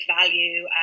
value